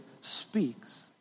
speaks